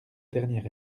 dernier